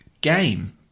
game